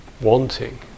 wanting